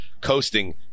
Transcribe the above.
coasting